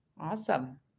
Awesome